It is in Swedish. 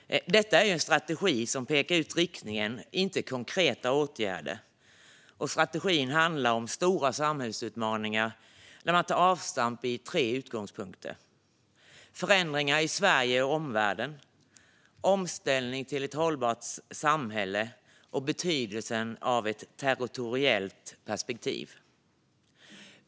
Detta är en strategi som pekar ut riktningen, inte konkreta åtgärder. Strategin handlar om stora samhällsutmaningar där man tar avstamp i tre utgångspunkter: förändringar i Sverige och omvärlden, omställningen till ett hållbart samhälle och betydelsen av ett territoriellt perspektiv.